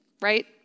right